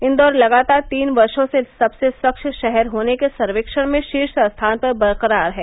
इंदौर लगातार तीन वर्षो से सबसे स्वच्छ शहर होने के सर्वेक्षण में शीर्ष स्थान पर बरकरार है